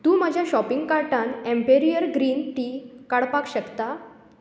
तूं म्हज्या शॉपिंग कार्टांन एम्पेरियर ग्रीन टी काडपाक शकता